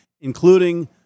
including